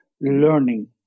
learning